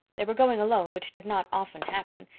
they were going alone, which did not often happen,